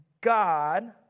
God